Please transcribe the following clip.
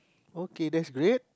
okay that's great